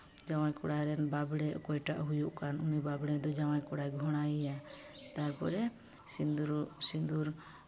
ᱡᱟᱶᱟᱭ ᱠᱚᱲᱟ ᱨᱮᱱ ᱵᱟᱸᱵᱽᱲᱮ ᱚᱠᱚᱭᱴᱟᱜ ᱦᱩᱭᱩᱜ ᱠᱟᱱ ᱩᱱᱤ ᱵᱟᱸᱵᱽᱲᱮ ᱫᱚ ᱡᱟᱶᱟᱭ ᱠᱚᱲᱟ ᱜᱷᱳᱲᱟᱭᱮᱭᱟ ᱛᱟᱨᱯᱚᱨᱮ ᱥᱤᱸᱫᱩᱨ